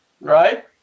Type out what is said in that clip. right